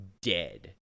dead